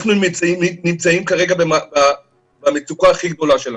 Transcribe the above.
אנחנו נמצאים כרגע במצוקה הכי גדולה שלנו.